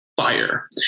Fire